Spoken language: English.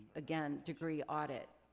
again, degree audit,